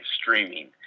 streaming